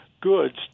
goods